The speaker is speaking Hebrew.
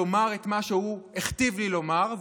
לומר את מה שהוא הכתיב לי לומר,